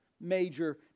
major